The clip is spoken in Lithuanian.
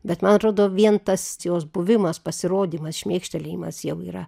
bet man atrodo vien tas jos buvimas pasirodymas šmėkštelėjimas jau yra